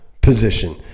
position